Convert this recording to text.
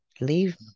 leave